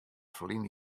ferline